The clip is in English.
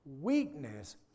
weakness